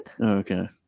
Okay